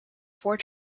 four